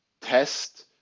test